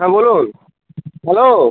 হ্যাঁ বলুন হ্যালো